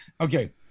Okay